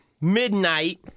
midnight